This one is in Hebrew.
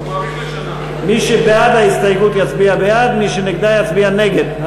מי שבעד ההסתייגות יצביע בעד, מי שנגדה יצביע נגד.